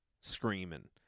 Screaming